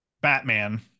Batman